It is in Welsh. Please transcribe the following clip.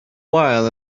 wael